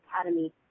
Academy